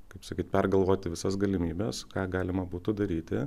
kaip sakyti pergalvoti visas galimybes ką galima būtų daryti